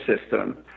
system